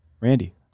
Randy